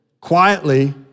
quietly